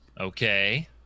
Okay